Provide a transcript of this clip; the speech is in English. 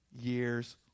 years